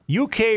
UK